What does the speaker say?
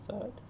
third